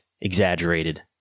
exaggerated